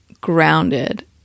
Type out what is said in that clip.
grounded